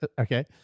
okay